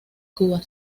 cuba